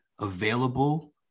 available